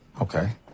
Okay